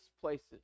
places